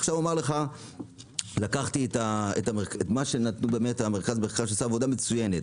עוד מהעבודה של מרכז המחקר של הכנסת